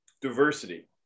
diversity